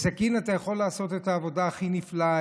בסכין אתה יכול לעשות את העבודה הכי נפלאה,